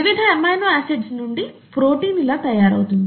వివిధ amino acids నుండి protein ఇలా తయారవుతుంది